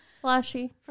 Flashy